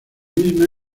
misma